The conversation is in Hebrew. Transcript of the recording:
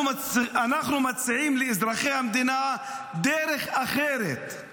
אנחנו מציעים לאזרחי המדינה דרך אחרת,